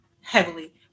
heavily